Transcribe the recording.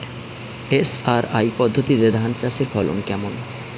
SRI পদ্ধতিতে ধান চাষের ফলন কেমন?